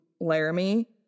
Laramie